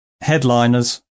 headliners